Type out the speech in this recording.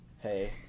Hey